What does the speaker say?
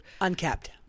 uncapped